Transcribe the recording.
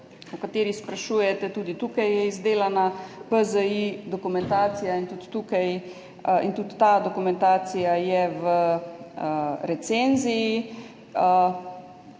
po kateri sprašujete. Tudi tukaj je izdelana PZI dokumentacija in tudi ta dokumentacija je v recenziji.